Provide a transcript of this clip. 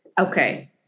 Okay